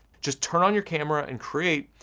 just turn on your camera and create,